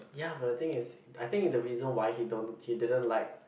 ya but the thing is I think the reason why he don't he didn't like